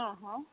हँ हँ